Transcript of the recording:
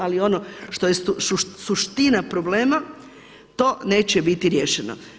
Ali ono što je suština problema to neće biti riješeno.